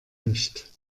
nicht